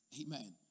Amen